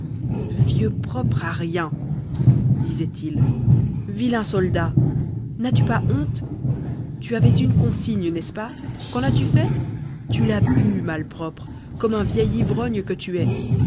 vieux propre à rien disait-il vilain soldat n'as-tu pas honte tu avais une consigne n'est-ce pas qu'en as-tu fait tu l'as bue malpropre comme un vieil ivrogne que tu es